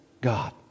God